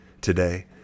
today